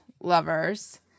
lovers